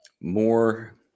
more